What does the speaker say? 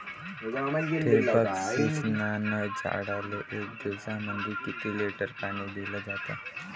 ठिबक सिंचनानं झाडाले एक दिवसामंदी किती लिटर पाणी दिलं जातं?